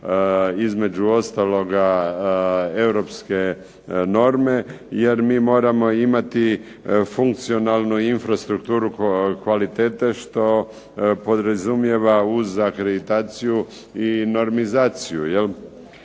između ostaloga europske norme jer mi moramo imati funkcionalnu infrastrukturu kvalitete što podrazumijeva uz akreditaciju i normizaciju.